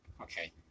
Okay